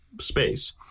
space